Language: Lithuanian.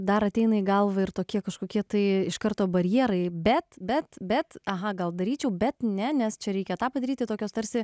dar ateina į galvą ir tokie kažkokie tai iš karto barjerai bet bet bet aha gal daryčiau bet ne nes čia reikia tą padaryti tokios tarsi